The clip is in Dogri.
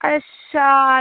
अच्छा